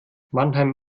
mannheim